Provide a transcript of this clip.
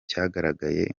cyagaragaye